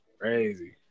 crazy